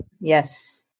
Yes